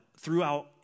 throughout